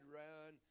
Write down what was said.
run